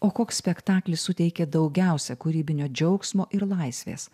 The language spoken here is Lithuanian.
o koks spektaklis suteikė daugiausia kūrybinio džiaugsmo ir laisvės